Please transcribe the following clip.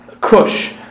Kush